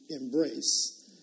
embrace